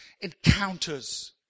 Encounters